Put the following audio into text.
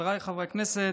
חבריי חברי הכנסת,